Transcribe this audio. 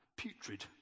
Putrid